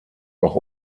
auch